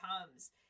comes